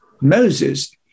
Moses